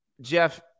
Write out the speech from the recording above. Jeff